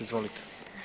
Izvolite.